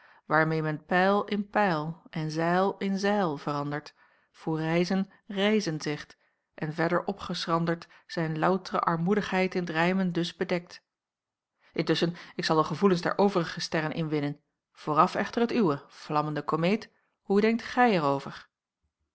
wanneer men pijl in peil en zeil in zijl verandert voor rijzen reizen zegt en verder opgeschrandert zijn loutre armoedigheit in t rijmen dus bedekt intusschen ik zal de gevoelens der overige sterren inwinnen vooraf echter het uwe vlammende komeet hoe denkt gij